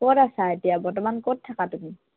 ক'ত আছা এতিয়া বৰ্তমান ক'ত থাকা তুমি